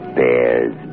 bears